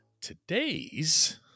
Today's